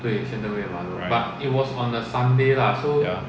right ya